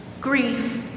grief